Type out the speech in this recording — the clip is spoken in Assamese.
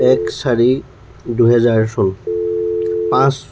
এক চাৰি দুহেজাৰ চন পাঁচ